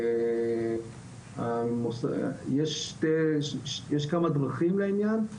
יש כמה דרכים לעניין.